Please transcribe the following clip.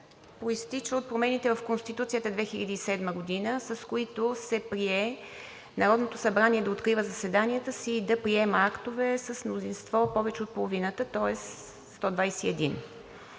произтича от промените в Конституцията от 2007 г., с които се прие Народното събрание да открива заседанията си и да приема актове с мнозинство повече от половината, тоест 121.